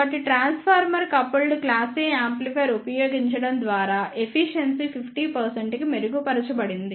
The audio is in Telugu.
కాబట్టి transformer coupled class A amplifier ఉపయోగించడం ద్వారా ఎఫిషియెన్సీ 50 కి మెరుగుపరచబడింది